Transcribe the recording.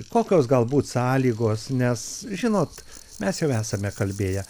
kokios galbūt sąlygos nes žinot mes jau esame kalbėję